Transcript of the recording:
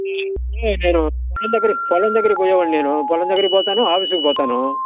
నేను పొలం దగ్గరకు పొలం దగ్గరకు పోయేవాడిని నేను పొలం దగ్గరికి పోతాను ఆఫీస్కి పోతాను